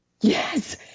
Yes